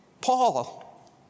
Paul